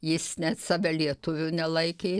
jis net save lietuviu nelaikė